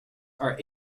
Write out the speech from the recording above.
are